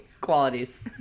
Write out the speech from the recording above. qualities